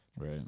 Right